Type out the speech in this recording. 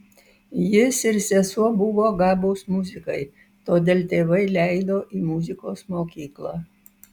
jis ir sesuo buvo gabūs muzikai todėl tėvai leido į muzikos mokyklą